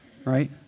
right